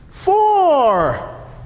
four